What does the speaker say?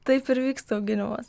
taip ir vyksta auginimas